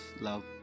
love